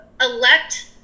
elect